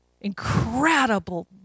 incredible